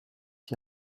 die